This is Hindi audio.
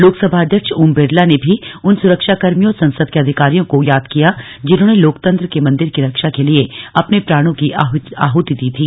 लोकसभा अध्यक्ष ओम बिरला ने भी उन सुरक्षाकर्मियों और संसद के अधिकारियों को याद किया जिन्होंने लोकतंत्र के मंदिर की रक्षा के लिए अपने प्राणों की आहुति दी थी